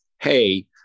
hey